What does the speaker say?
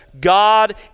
God